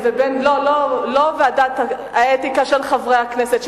לא ועדת האתיקה של חברי הכנסת,